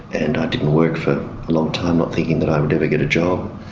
and i didn't work for a long time, not thinking that i would ever get a job.